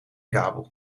kabel